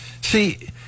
See